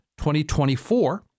2024